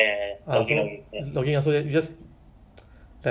um the front part is a investigation ah